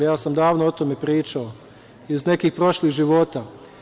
Ja sam davno o tome pričao, iz nekih prošlih života.